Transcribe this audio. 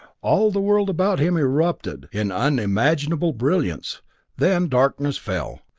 all the world about him erupted in unimaginable brilliance then darkness fell.